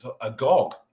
agog